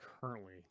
currently